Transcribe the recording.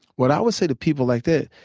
what i would say to people like that,